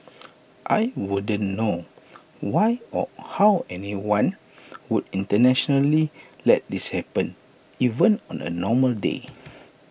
I wouldn't know why or how anyone would intentionally let this happen even on A normal day